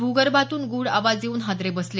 भूगर्भातून गुढ आवाज येऊन हादरे बसले